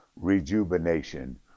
rejuvenation